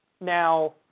Now